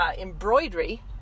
embroidery